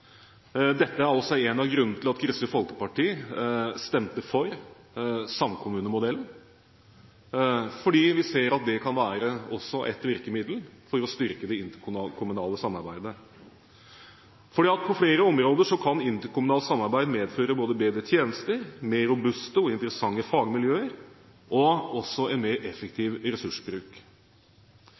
Dette er også en av grunnene til at Kristelig Folkeparti stemte for samkommunemodellen, for vi ser at det også kan være et virkemiddel for å styrke det interkommunale samarbeidet. På flere områder kan interkommunalt samarbeid føre til både bedre tjenester, mer robuste og interessante fagmiljøer og også en mer effektiv ressursbruk.